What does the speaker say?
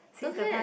since the past